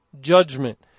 judgment